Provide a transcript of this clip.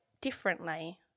differently